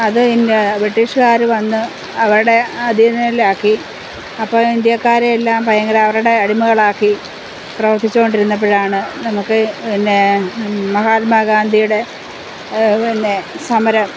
അതു ബ്രിട്ടീഷുകാരു വന്ന് അവരുടെ അധീനതയിലാക്കി അപ്പോള് ഇന്ത്യക്കാരെയെല്ലാം ഭയങ്കര അവരുടെ അടിമകളാക്കി പ്രവർത്തിച്ചുകൊണ്ടിരുന്നപ്പോഴാണ് നമ്മള്ക്കു പിന്നെ മഹാത്മാഗാന്ധിയുടെ പിന്നെ സമരം